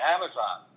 Amazon